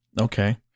Okay